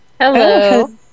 Hello